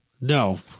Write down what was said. No